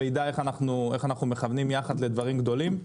ויידע איך אנחנו מכוונים יחד לדברים גדולים.